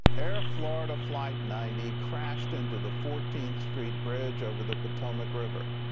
air florida flight ninety crashed into the fourteenth street bridge over the potomac river.